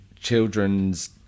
children's